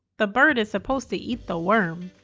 the bird is supposed to eat the worm.